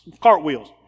cartwheels